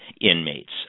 inmates